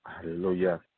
Hallelujah